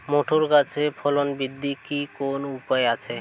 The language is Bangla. মোটর গাছের ফলন বৃদ্ধির কি কোনো উপায় আছে?